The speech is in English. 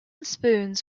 spoons